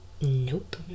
Nope